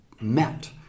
met